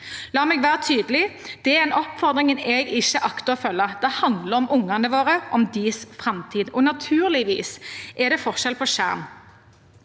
La meg være tydelig: Det er en oppfordring jeg ikke akter å følge. Det handler om ungene våre og framtiden deres. Naturligvis er det forskjell på skjerm,